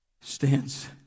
stands